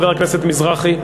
חבר הכנסת מזרחי,